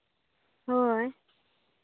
ᱦᱳᱭ